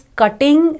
cutting